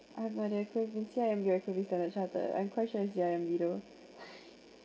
I have no idea it could have been C_I_M_B or Standard Chartered I'm quite sure it's C_I_M_B though